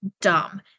dumb